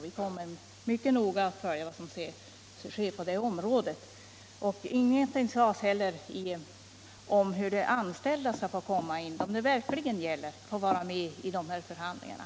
Vi kommer mycket noga att följa vad som sker på detta område. Ingenting sades heller om hur de anställda — de som det verkligen gäller — skall få vara med i förhandlingarna.